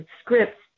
scripts